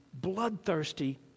bloodthirsty